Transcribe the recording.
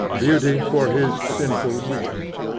beauty for his sinful weeks,